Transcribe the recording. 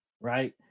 Right